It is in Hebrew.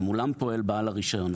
שמולם פועל בעל הרישיון,